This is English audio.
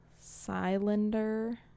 Cylinder